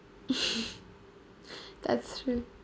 that's true